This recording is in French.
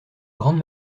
grande